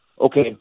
okay